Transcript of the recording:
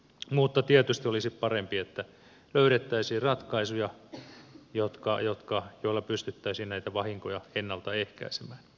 mutta tietysti olisi parempi että löydettäisiin ratkaisuja joilla pystyttäisiin näitä vahinkoja ennalta ehkäisemään